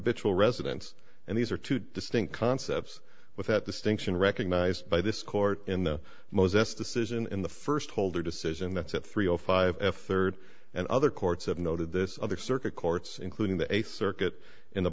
habitual residence and these are two distinct concepts with that distinction recognized by this court in the moses decision in the first holder decision that's at three o five f third and other courts have noted this other circuit courts including the eighth circuit in the